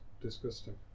disgusting